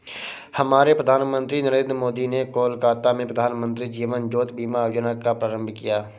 हमारे प्रधानमंत्री नरेंद्र मोदी ने कोलकाता में प्रधानमंत्री जीवन ज्योति बीमा योजना का प्रारंभ किया